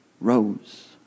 rose